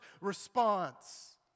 response